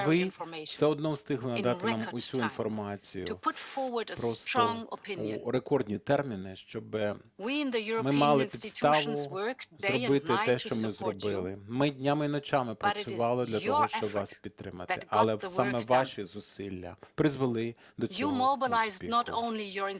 ви все одно встигли надати нам усю інформацію просто в рекордні терміни, щоб ми мали підставу зробити те, що ми зробили. Ми днями й ночами працювали для того, щоб вас підтримати, але саме ваші зусилля призвели до цього успіху.